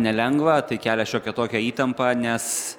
nelengva tai kelia šiokią tokią įtampą nes